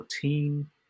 team